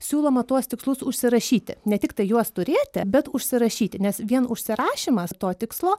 siūloma tuos tikslus užsirašyti ne tiktai juos turėti bet užsirašyti nes vien užsirašymas to tikslo